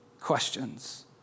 questions